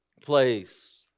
place